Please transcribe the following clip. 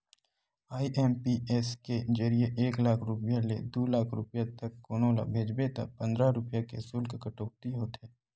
IMPS के जरिए एक लाख रूपिया ले दू लाख रूपिया तक कोनो ल भेजबे त पंद्रह रूपिया के सुल्क कटउती होथे